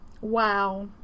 Wow